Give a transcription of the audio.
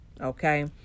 okay